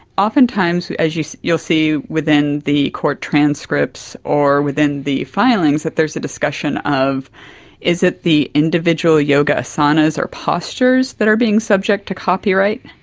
oftentimes you'll you'll see within the court transcripts or within the filings that there is a discussion of is it the individual yoga asanas or postures that are being subject to copyright,